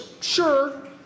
Sure